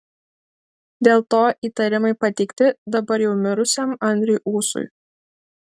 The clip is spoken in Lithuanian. dėl to įtarimai pateikti dabar jau mirusiam andriui ūsui